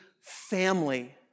family